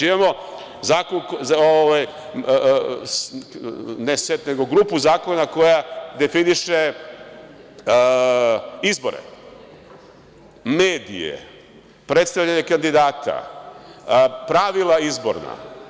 Imamo zakon, ne set, nego grupu zakona koja definiše izbore, medije, predstavljanje kandidata, pravila izborna.